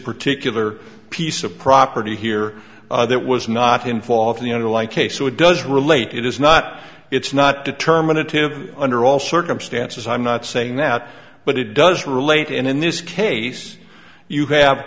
particular piece of property here that was not involved the underlying case would does relate it is not it's not determinative under all circumstances i'm not saying that but it does relate in in this case you have